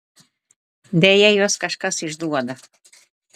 deja juos kažkas išduoda